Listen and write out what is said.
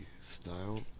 style